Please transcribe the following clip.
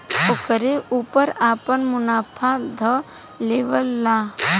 ओकरे ऊपर आपन मुनाफा ध लेवेला लो